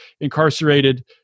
incarcerated